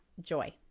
joy